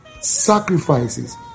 sacrifices